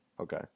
Okay